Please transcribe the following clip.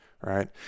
right